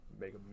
make